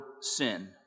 sin